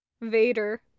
Vader